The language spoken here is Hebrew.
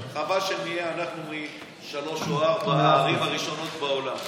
חבל שאנחנו נהיה משלוש או ארבע הערים הראשונות בעולם.